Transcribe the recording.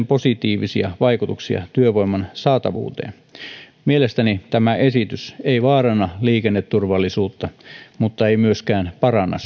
positiivisia vaikutuksia työvoiman saatavuuteen mielestäni tämä esitys ei vaaranna liikenneturvallisuutta mutta ei myöskään paranna